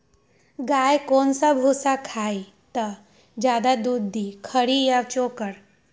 गाय कौन सा भूसा खाई त ज्यादा दूध दी खरी या चोकर?